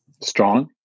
strong